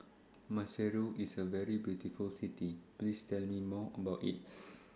Maseru IS A very beautiful City Please Tell Me More about IT